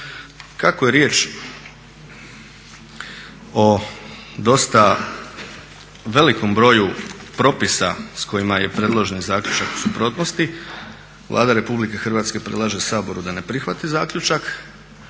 Kako je riječ o dosta velikom broju propisa s kojima je predloženi zaključak u suprotnosti Vlada RH predlaže Saboru da ne prihvati zaključak,